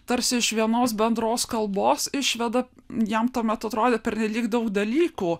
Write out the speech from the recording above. tarsi iš vienos bendros kalbos išveda jam tuo metu atrodė pernelyg daug dalykų